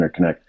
interconnect